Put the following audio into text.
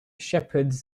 shepherds